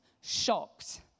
shocked